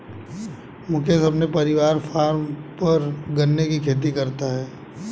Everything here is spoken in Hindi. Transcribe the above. मुकेश अपने पारिवारिक फॉर्म पर गन्ने की खेती करता है